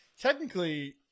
technically